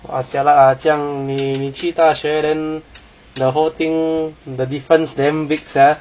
!wah! jialat lah 这样你你去大学 then the whole thing the difference damn big sia